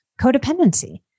codependency